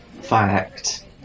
fact